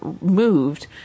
moved